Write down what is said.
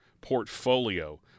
portfolio